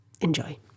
Enjoy